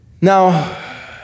Now